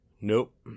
Nope